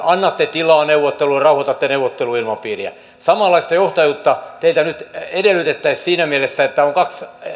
annatte tilaa neuvotteluille rauhoitatte neuvotteluilmapiiriä samanlaista johtajuutta teiltä nyt edellytettäisiin siinä mielessä että on kaksi